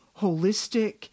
holistic